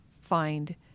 find